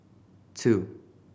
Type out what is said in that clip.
two